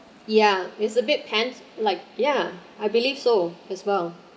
yeah it's a big pants like ya I believe so as well